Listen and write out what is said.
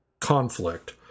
conflict